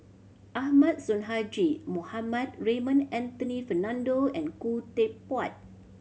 Ahmad Sonhadji Mohamad Raymond Anthony Fernando and Khoo Teck Puat